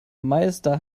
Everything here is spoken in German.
meister